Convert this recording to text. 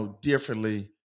differently